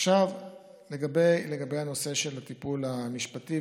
עכשיו לגבי הנושא של הטיפול המשפטי,